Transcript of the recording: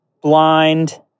blind